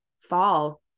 fall